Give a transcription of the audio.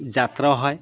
যাত্রা হয়